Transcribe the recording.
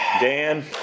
Dan